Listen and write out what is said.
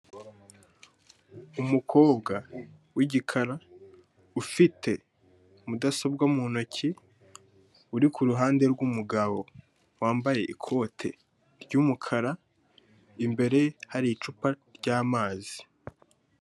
Umukobwa w'igikara ufite mudasobwa mu ntoki uri ku ruhande rw'umugabo wambaye ikote ry'umukara imbere hari icupa ry'amazi.